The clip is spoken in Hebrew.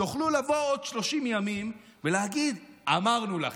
תוכלו לבוא עוד 30 ימים ולהגיד: אמרנו לכם,